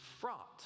fraught